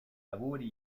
lavori